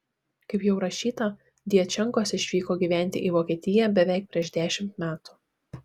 kaip jau rašyta djačenkos išvyko gyventi į vokietiją beveik prieš dešimt metų